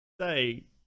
say